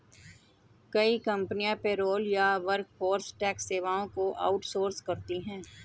कई कंपनियां पेरोल या वर्कफोर्स टैक्स सेवाओं को आउट सोर्स करती है